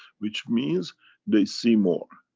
which means they see more.